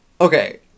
Okay